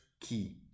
key